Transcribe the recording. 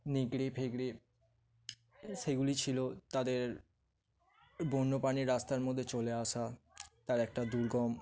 নেকড়ে ফেকড়ে সেগুলি ছিল তাদের বন্যপ্রাণীর রাস্তার মধ্যে চলে আসা তার একটা দুর্গম